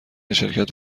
شرکت